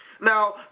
Now